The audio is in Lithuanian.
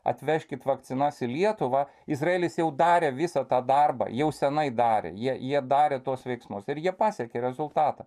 atvežkit vakcinas į lietuvą izraelis jau darė visą tą darbą jau seniai darė jie darė tuos veiksmus ir jie pasiekė rezultatą